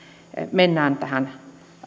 mennään tähän